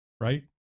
Right